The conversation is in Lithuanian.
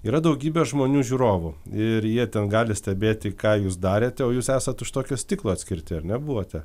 yra daugybė žmonių žiūrovų ir jie ten gali stebėti ką jūs darėte o jūs esat už tokio stiklo atskirti ar nebuvote